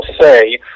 say